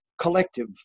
collective